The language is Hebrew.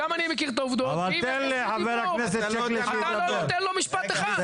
גם אני מכיר את העובדות, אתה לא נותן לו משפט אחד.